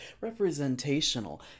representational